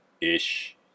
ish